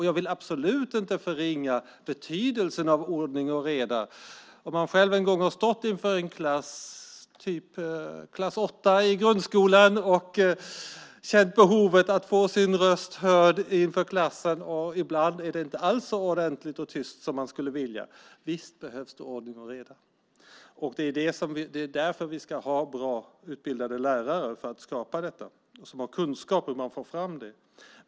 Jag vill absolut inte förringa betydelsen av ordning och reda. Har man själv stått inför till exempel en åttondeklass i grundskolan och känt behovet av att göra sin röst hörd vet man att det inte alls alltid är så ordentligt och tyst som man skulle vilja, så visst behövs det ordning och reda. För att skapa det ska vi ha bra utbildade lärare med kunskap om hur man får fram det.